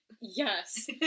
Yes